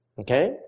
Okay